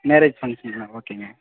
marriage ஃபங்க்ஷனா ஓகேங்க